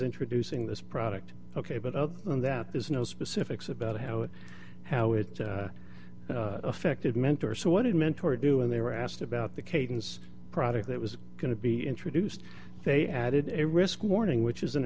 introducing this product ok but other than that there's no specifics about how it how it affected mentor so what did mentor do when they were asked about the cadence product that was going to be introduced they added a risk warning which is